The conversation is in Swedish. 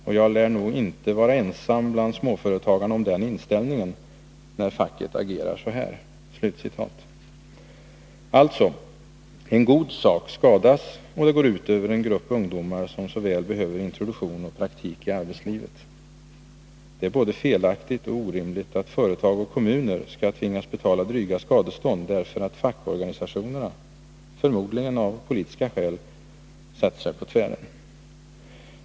Och jag lär nog inte vara ensam bland småföretagarna om den inställningen, när facket agerar så här.” Alltså: En god sak skadas — och det går ut över en grupp ungdomar som så väl behöver introduktion och praktik i arbetslivet. Det är både felaktigt och orimligt att företag och kommuner skall tvingas betala dryga skadestånd därför att fackorganisationerna — förmodligen av politiska skäl — satt sig på tvären.